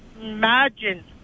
imagine